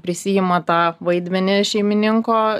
prisiima tą vaidmenį šeimininko